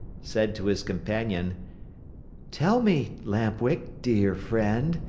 said to his companion tell me, lamp-wick, dear friend,